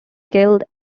guild